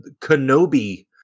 Kenobi